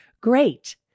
Great